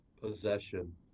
possession